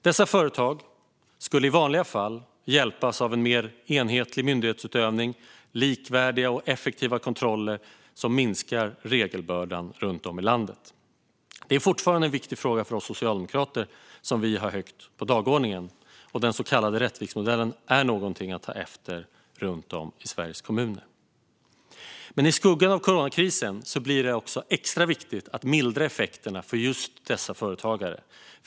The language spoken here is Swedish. Dessa företag skulle i vanliga fall hjälpas av en mer enhetlig myndighetsutövning och likvärdiga och effektiva kontroller som minskar regelbördan runt om i landet. Detta är fortfarande en viktig fråga för oss socialdemokrater, som vi har högt på dagordningen. Den så kallade Rättviksmodellen är något att ta efter runt om i Sveriges kommuner. Men i skuggan av coronakrisen blir det också extra viktigt att mildra effekterna för just dessa företagare.